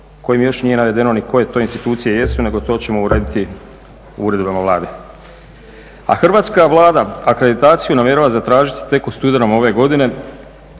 kojim još nije navedeno ni koje to institucije jesu nego to ćemo uraditi uredbama Vlade. A Hrvatska vlada akreditaciju namjerava zatražiti tek u studenom ove godine